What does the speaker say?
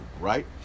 right